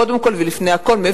קודם כול ולפני הכול,